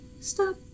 stop